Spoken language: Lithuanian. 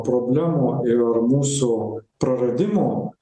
problemų ir mūsų praradimų